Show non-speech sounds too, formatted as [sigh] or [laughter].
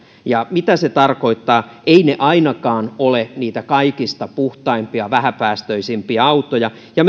ja mitä se tarkoittaa eivät ne ainakaan ole niitä kaikista puhtaimpia vähäpäästöisimpiä autoja ja [unintelligible]